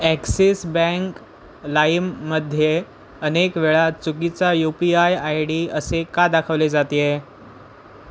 axis bank लाईममध्ये अनेक वेळा चुकीचा U P I I D असे का दाखवले जाते आहे